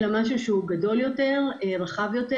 אלא במשהו שהוא גדול יותר ורחב יותר.